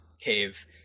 cave